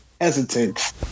hesitant